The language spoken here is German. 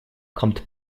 kommt